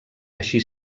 així